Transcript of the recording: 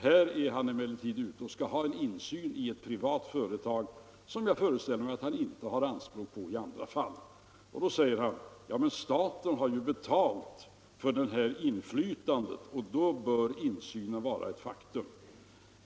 Här är han emellertid ute och skall ha en insyn i ett privat företag, som jag föreställer mig att han inte gör anspråk på i andra fall. Då säger herr Burenstam Linder att staten har ju betalt för detta inflytande och att då bör insynen vara ett faktum.